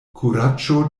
kuraĝo